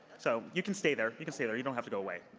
so you can stay there. you can stay there. you don't have to go away.